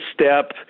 step